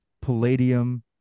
palladium